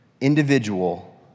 individual